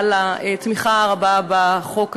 על התמיכה הרבה בחוק הזה.